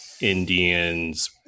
Indians